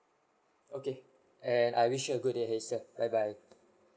okay and I wish you a good day ahead sir bye bye